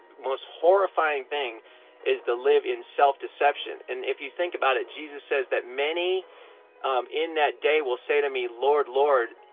most horrifying thing is to live in self-deception. and if you think about it, jesus says that many um in that day will say to me lord, lord.